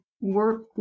work